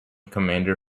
commander